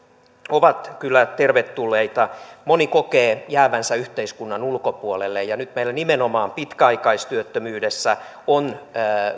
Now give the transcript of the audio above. ovat kyllä tervetulleita moni kokee jäävänsä yhteiskunnan ulkopuolelle ja nyt meillä nimenomaan pitkäaikaistyöttömyydessä on